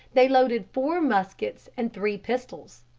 they loaded four muskets and three pistols.